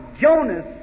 Jonas